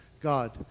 God